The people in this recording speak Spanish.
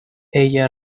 ella